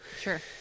Sure